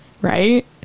right